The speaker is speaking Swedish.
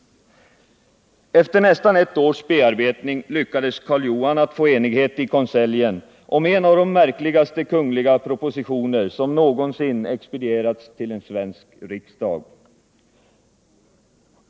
Efter nästan ett års bearbetning lyckades Karl Johan att få enighet i konseljen om en av de märkligaste kungliga propositioner som någonsin expedierats till en svensk riksdag.